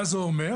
מה זה אומר?